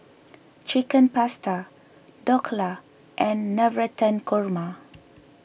Chicken Pasta Dhokla and Navratan Korma